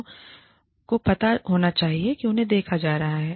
लोगों को पता होना चाहिए कि उन्हें देखा जा रहा है